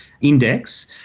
index